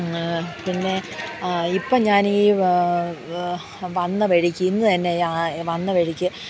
പിന്നെ ഇപ്പം ഞാൻ ഈ വന്നവഴിക്ക് ഇന്ന് തന്നെ ഞാൻ വന്ന വഴിക്ക്